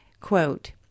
Quote